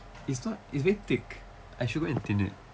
is not is it's very thick I should go and thin it